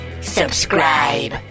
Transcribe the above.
Subscribe